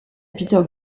peter